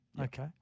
Okay